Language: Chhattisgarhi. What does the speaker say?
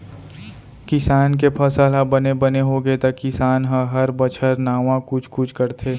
किसान के फसल ह बने बने होगे त किसान ह हर बछर नावा कुछ कुछ करथे